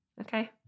Okay